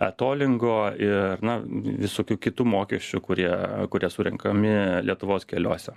etolingo ir na vi visokių kitų mokesčių kurie kuria surenkami lietuvos keliuose